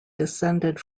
descended